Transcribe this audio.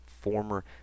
former